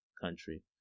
country